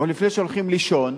או לפני שהולכים לישון,